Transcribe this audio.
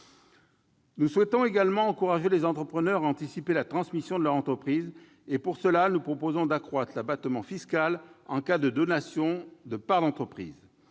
Nous souhaitons également encourager les entrepreneurs à anticiper la transmission de leur entreprise et, pour cela, nous proposons d'accroître l'abattement fiscal en cas de donation de parts d'entreprise.